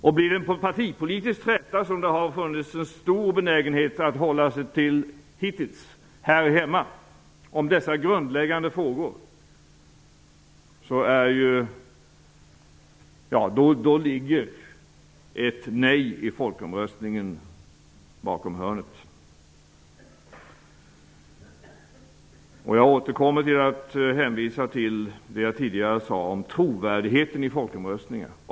Om det blir en partipolitisk träta här hemma i Sverige kring dessa grundläggande frågor, något som det har funnits en stor benägenhet till hittills, ligger ett nej vid folkomröstningen bakom hörnet. Jag återkommer till att hänvisa till det som jag tidigare sade om trovärdigheten i folkomröstningen.